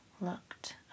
looked